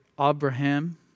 Abraham